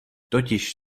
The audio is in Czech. totiž